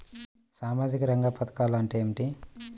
సామాజిక రంగ పధకాలు అంటే ఏమిటీ?